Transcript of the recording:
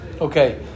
Okay